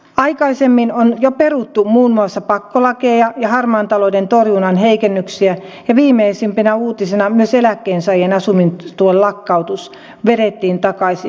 aikaisemmin on jo peruttu muun muassa pakkolakeja ja harmaan talouden torjunnan heikennyksiä ja viimeisimpänä uutisena myös eläkkeensaajien asumistuen lakkautus vedettiin takaisin